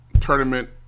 tournament